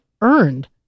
earned